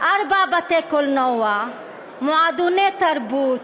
ארבעה בתי-קולנוע, מועדוני תרבות,